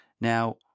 Now